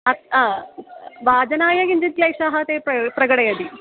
अ आ वादनाय किञ्चित् क्लेशः ते प्र प्रकटयति